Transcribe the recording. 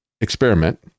experiment